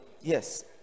yes